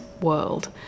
world